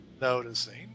noticing